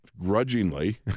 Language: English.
grudgingly